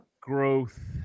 growth